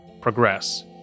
progress